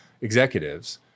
executives